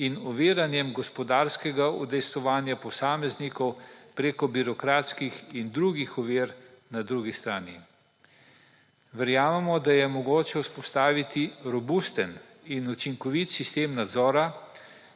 in oviranjem gospodarskega udejstvovanja posameznikov preko birokratskih in drugih ovir na drugi strani. Verjamemo, da je mogoče vzpostaviti robusten in učinkovit sistem nadzora,